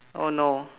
oh no